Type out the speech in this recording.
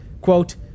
quote